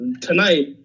tonight